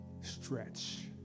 Stretch